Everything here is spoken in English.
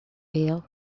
bill